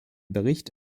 bericht